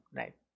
right